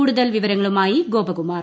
കൂടുതൽ വിവരങ്ങളുമായി ഗോപകുമാർ